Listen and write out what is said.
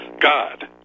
God